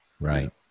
Right